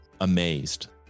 amazed